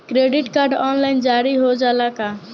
Credit card online जारी हो जाला का?